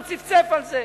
הוא צפצף על זה.